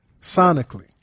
sonically